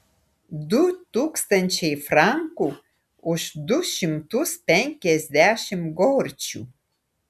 du tūkstančiai frankų už du šimtus penkiasdešimt gorčių